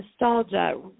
nostalgia